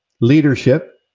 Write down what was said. leadership